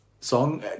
Song